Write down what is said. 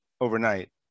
overnight